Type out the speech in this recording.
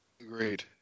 Agreed